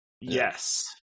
yes